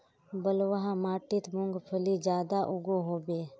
बलवाह माटित मूंगफली ज्यादा उगो होबे?